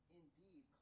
indeed